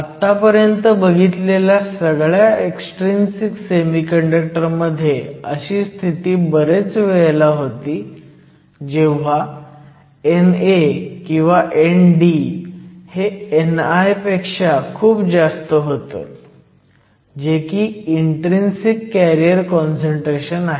आत्तापर्यंत बघितलेल्या सगळ्या एक्सट्रिंसिक सेमीकंडक्टर मध्ये अशी स्थिती बरेच वेळेला होती जेव्हा NA किंवा ND हे ni पेक्षा खूप जास्त होतं जे की इन्ट्रीन्सिक कॅरियर काँसंट्रेशन आहे